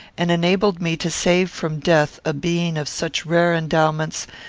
and enabled me to save from death a being of such rare endowments,